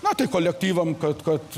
na tai kolektyvam kad kad